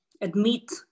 admit